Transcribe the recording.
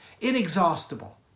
inexhaustible